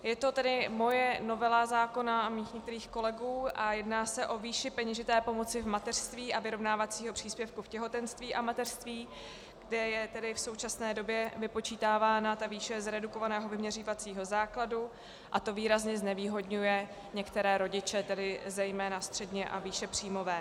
Je to tedy moje novela zákona a mých některých kolegů a jedná se o výši peněžité pomoci v mateřství a vyrovnávacího příspěvku v těhotenství a mateřství, kde je tedy v současné době vypočítávána ta výše z redukovaného vyměřovacího základu, a to výrazně znevýhodňuje některé rodiče, tedy zejména středně a výšepříjmové.